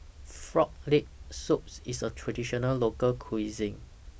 Frog Leg Soup IS A Traditional Local Cuisine